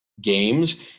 games